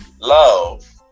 love